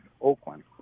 Oakland